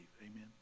amen